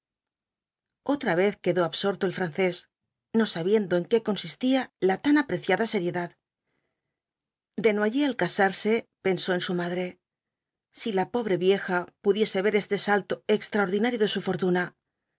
otra vez quedó absorto el francés no sabiendo en qué consistía la tan apreciada seriedad desnoyers al casarse pensó en su madre si la pobre vieja pudiese ver este salto extraordinario de su fortuna